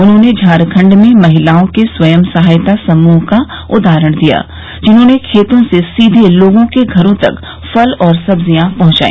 उन्होंने झारखंड में महिलाओं के स्वयं सहायता समूह का उदाहरण दिया जिन्होंने खेतों से सीधे लोगों के घरों तक फल और सब्जियां पहंचाई